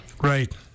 Right